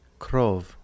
Krov